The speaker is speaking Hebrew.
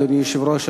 אדוני היושב-ראש,